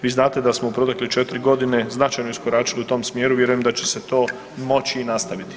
Vi znate da smo protekle 4 godine značajno iskoračili u tom smjeru, vjerujem da će se to moći nastaviti.